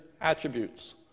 attributes